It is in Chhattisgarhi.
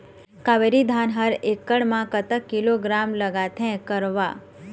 कावेरी धान हर एकड़ म कतक किलोग्राम लगाथें गरवा?